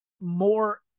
more